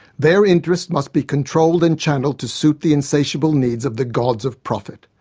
their interests must be controlled and channelled to suit the insatiable needs of the gods of profit.